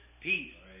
peace